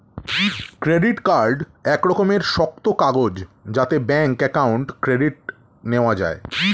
credit card এক রকমের শক্ত কাগজ যাতে ব্যাঙ্ক অ্যাকাউন্ট ক্রেডিট নেওয়া যায়